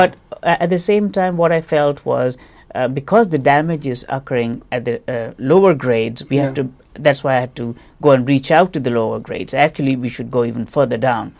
but at the same time what i felt was because the damage is occurring at the lower grades we had to that's why i had to go and reach out to the lower grades actually we should go even further down